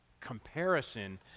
comparison